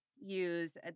use